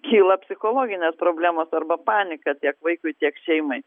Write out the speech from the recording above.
kyla psichologinės problemos arba panika tiek vaikui tiek šeimai